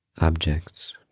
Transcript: Objects